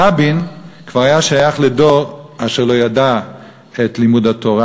רבין כבר היה שייך לדור אשר לא ידע את לימוד התורה,